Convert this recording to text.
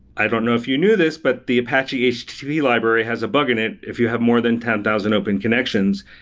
i don't know if you knew this, but the apache http library has a bug in it. if you have more than ten thousand open connections,